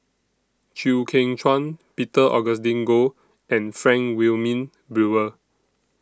Chew Kheng Chuan Peter Augustine Goh and Frank Wilmin Brewer